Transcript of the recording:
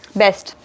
best